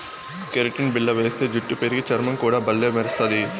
keratin బిల్ల వేస్తే జుట్టు పెరిగి, చర్మం కూడా బల్లే మెరస్తది